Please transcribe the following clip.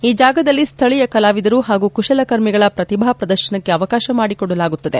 ಈ ಜಾಗದಲ್ಲಿ ಸ್ವೀಯ ಕಲಾವಿದರು ಹಾಗೂ ಕುಶಲಕರ್ಮಿಗಳ ಪ್ರತಿಭಾ ಪ್ರದರ್ಶನಕ್ಕೆ ಅವಕಾಶ ಮಾಡಿಕೊಡಲಾಗುತ್ತಿದೆ